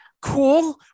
cool